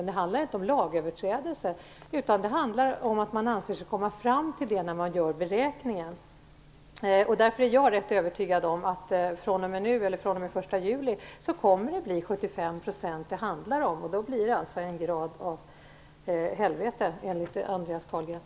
Det handlar inte om lagöverträdelser, utan det handlar om att man anser sig komma fram till det när man gör beräkningen. Därför är jag rätt övertygad om att det fr.o.m. den 1 juli kommer att handla om 75 %, och då blir det alltså enligt Andreas Carlgren fråga om en grad av helvete.